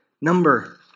number